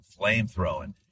flamethrowing